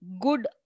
good